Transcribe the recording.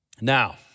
Now